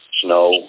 snow